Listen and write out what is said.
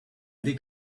dig